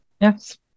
Yes